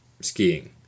skiing